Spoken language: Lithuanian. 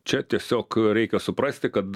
čia tiesiog reikia suprasti kad